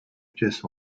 pièce